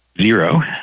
zero